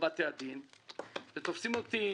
תפסו אותי